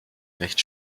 recht